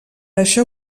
això